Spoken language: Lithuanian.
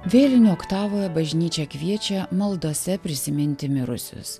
vėlinių oktavoje bažnyčia kviečia maldose prisiminti mirusius